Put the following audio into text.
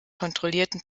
kontrollierten